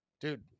Dude